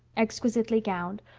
exquisitely gowned,